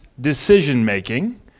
decision-making